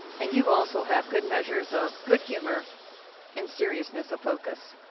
and you also have good measures of good humor and seriousness of focus.